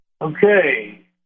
Okay